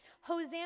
Hosanna